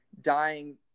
dying